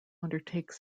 undertakes